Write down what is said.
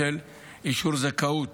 בשל אישור זכאות